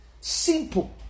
simple